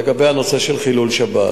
לגבי הנושא של חילול שבת,